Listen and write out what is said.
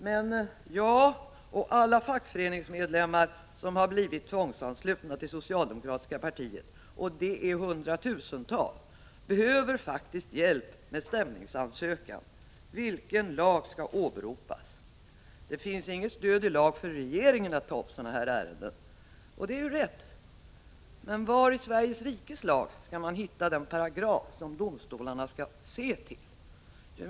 Men jag och alla fackföreningsmedlemmar som har blivit tvångsanslutna till det socialdemokratiska partiet — och det är hundratusentals — behöver faktiskt hjälp med stämningsansökan. Vilken lag skall åberopas? Det finns inget stöd i lag för regeringen att ta upp sådana här ärenden, och det är rätt, men var i Sveriges rikes lag skall man hitta den paragraf som domstolarna skall tillämpa?